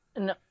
No